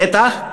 בטח.